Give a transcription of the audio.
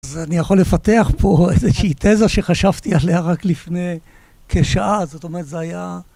נא העבר, הכנס או הצמד את כרטיסך. נא הזן את קוד ה-PIN של כרטיסך. התשלום בעיבוד, נא להמתין... התשלום בוצע בהצלחה. התשלום נדחה, נא לנסות שוב או לבחור שיטת תשלום אחרת